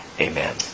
Amen